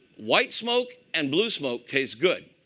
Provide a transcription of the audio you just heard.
white smoke and blue smoke taste good.